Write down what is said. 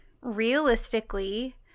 realistically